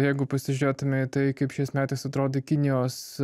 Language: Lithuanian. jeigu pasižiūrėtume į tai kaip šiais metais atrodė kinijos